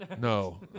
No